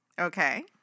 Okay